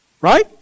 Right